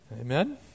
Amen